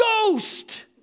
ghost